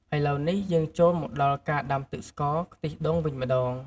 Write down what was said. ឥឡូវនេះ យើងចូលមកដល់ការដាំទឹកស្ករខ្ទិះដូងវិញម្ដង។